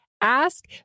ask